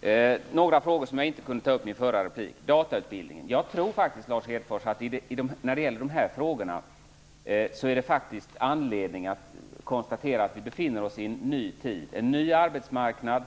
Jag har några frågor som jag inte kunde ta upp i den förra repliken. Det handlar bl.a. om datautbildningen. När det gäller de frågorna tror jag faktiskt, Lars Hedfors, att det finns anledning att konstatera att vi befinner oss i en ny tid. Vi har en ny arbetsmarknad.